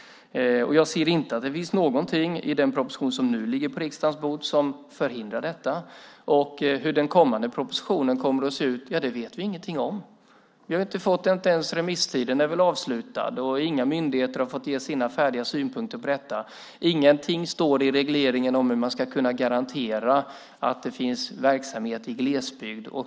Jag ser inte att det finns någonting i den proposition som nu ligger på riksdagens bord som förhindrar detta. Vi vet ingenting om hur den kommande propositionen kommer att se ut. Inte ens remisstiden är avslutad. Inga myndigheter har fått ge sina färdiga synpunkter på detta. Det står ingenting i regleringen om hur man ska garantera verksamhet i glesbygd.